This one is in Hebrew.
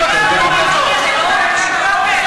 חבר הכנסת בר,